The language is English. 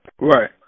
Right